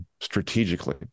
strategically